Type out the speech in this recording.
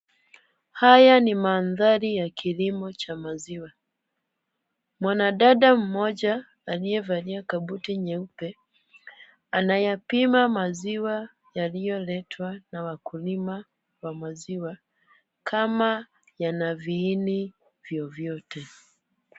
Haya ni mandhari ya kilimo cha maziwa. Mwanadada mmoja aliyevalia kabuti nyeupe, anayepima maziwa yaliyoletwa na wakulima wa maziwa, kama yana viini vyovyote.